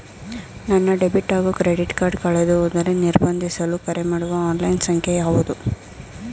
ನನ್ನ ಡೆಬಿಟ್ ಹಾಗೂ credit card ಕಳೆದುಹೋದರೆ ನಿರ್ಬಂಧಿಸಲು ಕರೆಮಾಡುವ ಆನ್ಲೈನ್ ಸಂಖ್ಯೆಯಾವುದು?